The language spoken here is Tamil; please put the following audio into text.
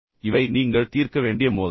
இவை நீங்கள் தீர்க்க வேண்டிய மோதல்கள்